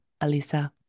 Alisa